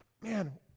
Man